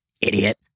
idiot